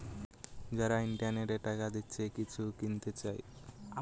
যারা ইন্টারনেটে টাকা দিয়ে কিছু কিনতে চায়